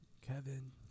Kevin